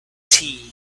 tea